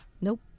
Nope